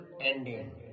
ending